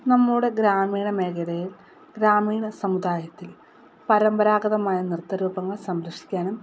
നമ്മുടെ ഗ്രാമീണ മേഖലയിൽ ഗ്രാമീണ സമുദായത്തിൽ പരമ്പരാഗതമായ നൃത്ത രൂപങ്ങൾ സംരക്ഷിക്കാനും